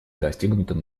достигнутым